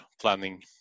planning